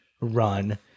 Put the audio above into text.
run